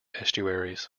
estuaries